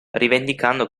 rivendicando